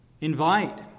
Invite